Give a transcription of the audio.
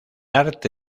arte